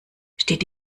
steht